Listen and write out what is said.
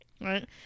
right